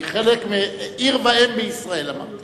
היא עיר ואם בישראל, אמרתי.